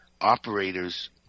operators